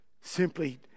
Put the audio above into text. simply